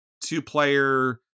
Two-player